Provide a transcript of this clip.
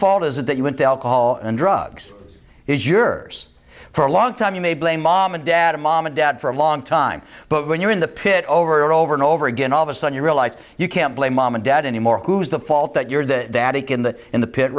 fault is it that you want alcohol and drugs is yours for a long time you may blame mom and dad or mom and dad for a long time but when you're in the pit over and over and over again all of a sudden you realize you can't blame mom and dad anymore who's the fault that you're the addict in the in the p